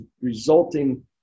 resulting